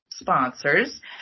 sponsors